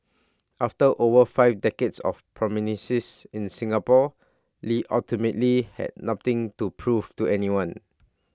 after over five decades of prominence in Singapore lee ultimately had nothing to prove to anyone